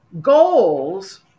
goals